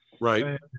Right